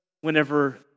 whenever